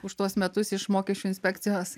už tuos metus iš mokesčių inspekcijos